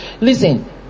Listen